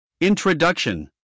Introduction